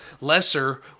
lesser